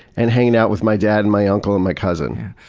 and hanging out with my dad and my uncle and my cousin.